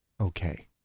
okay